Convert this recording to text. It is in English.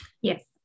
Yes